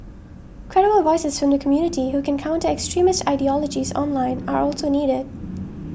credible voices from the community who can counter extremist ideologies online are also needed